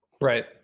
Right